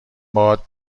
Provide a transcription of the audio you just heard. باهات